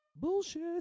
bullshit